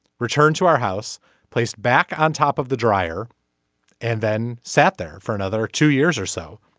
returned to our house placed back on top of the dryer and then sat there for another two years or so.